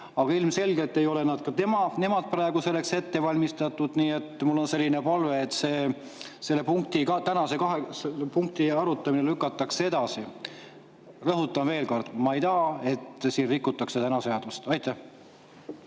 Aga ilmselgelt ei ole ka nemad praegu selleks valmistunud. Nii et mul on selline palve, et selle punkti, tänase kaheksanda punkti arutamine lükataks edasi. Rõhutan veel kord, et ma ei taha, et siin rikutaks täna seadust. Aitäh,